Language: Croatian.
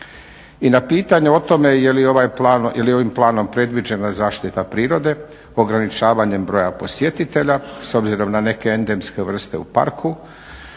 I na pitanje o tome je li ovim planom predviđena zaštita prirode ograničavanjem broja posjetitelja s obzirom na neke endemske vrste u parku